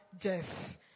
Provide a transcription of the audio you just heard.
death